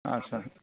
आदसा